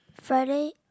Friday